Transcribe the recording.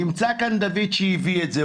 נמצא כאן דוד שהביא את זה,